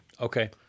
Okay